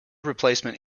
replacement